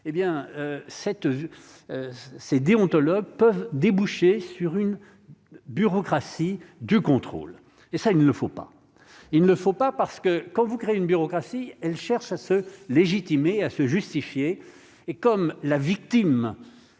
vue ces déontologue peuvent déboucher sur une bureaucratie du contrôle et ça il ne faut pas, il ne faut pas parce que quand vous créer une bureaucratie, elle cherche à se légitimer à se justifier et comme la victime